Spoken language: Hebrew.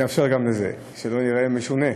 שלא ייראה משונה.